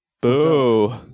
Boo